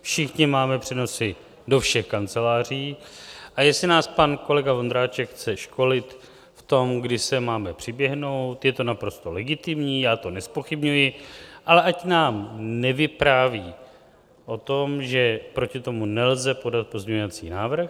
Všichni máme přenosy do všech kanceláří, a jestli nás pan kolega Vondráček chce školit v tom, kdy sem máme přiběhnout, je to naprosto legitimní, já to nezpochybňuji, ale ať nám nevypráví o tom, že proti tomu nelze podat pozměňovací návrh.